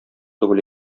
түгел